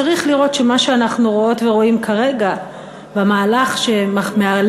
צריך לראות שמה שאנחנו רואות ורואים כרגע במהלך שמאלץ